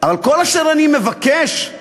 אבל כל אשר אני מבקש הוא